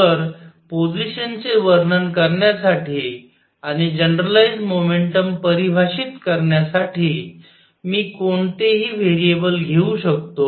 तर पोजिशन चे वर्णन करण्यासाठी आणि जनरलाइझ मोमेंटम परिभाषित करण्यासाठी मी कोणतेही व्हेरिएबल घेऊ शकतो